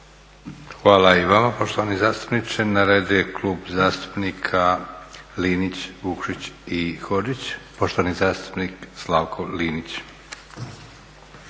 Hvala i vama poštovani zastupniče. Na redu je Klub zastupnika Linić-Vukšić i Hodžić. Poštovani zastupnik Slavko Linić.